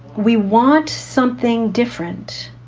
we want something different.